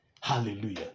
Hallelujah